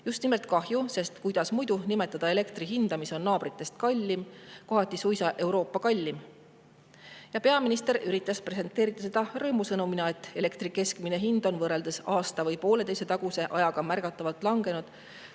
Just nimelt kahju, sest kuidas muidu nimetada elektrit, mille hind on naabrite omast kallim, kohati suisa Euroopa kallim? Ja peaminister üritas presenteerida seda rõõmusõnumina, et elektri keskmine hind on võrreldes aasta või pooleteise taguse ajaga märgatavalt langenud,